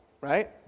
right